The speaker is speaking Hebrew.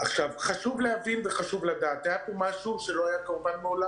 חשוב להבין וחשוב לדעת שהיה פה משהו שלא היה מעולם.